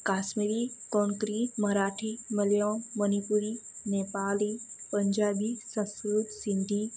Kashmiri Konkani Marathi Malayali Manipuri Nepali Punjabi Sanskrit Sindhi